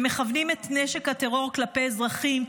הם מכוונים את נשק הטרור כלפי אזרחים,